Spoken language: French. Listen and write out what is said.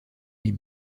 les